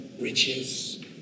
riches